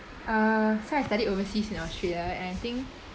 uh so I studied overseas in australia and I think